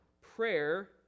Prayer